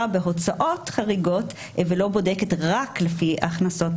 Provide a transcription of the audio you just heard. בהוצאות חריגות ולא בודקת רק לפי הכנסות.